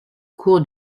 cour